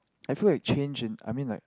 I feel like change in I mean like